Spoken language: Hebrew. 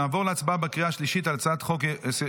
נעבור להצבעה בקריאה השלישית על הצעת חוק-יסוד: